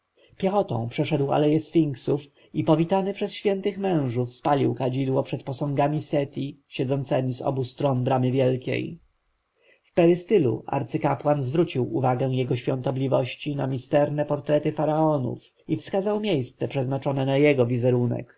piechotą przeszedł aleje sfinksów i powitany przez świętych mężów spalił kadzidło przed posągami seti siedzącemi z obu stron bramy wielkiej w perystylu arcykapłan zwrócił uwagę jego świątobliwości na misterne portrety faraonów i wskazał miejsce przeznaczone na jego wizerunek